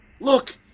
Look